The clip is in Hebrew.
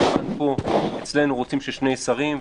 וכאן רוצים שזה יהיה שני שרים.